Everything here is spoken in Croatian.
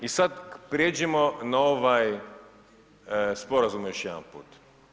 I sad prijeđimo na ovaj sporazum još jedanput.